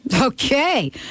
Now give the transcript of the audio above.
Okay